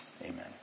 Amen